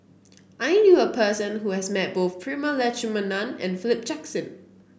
I knew a person who has met both Prema Letchumanan and Philip Jackson